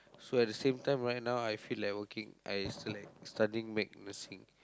so at the same time right now I feel like working I feel like studying back nursing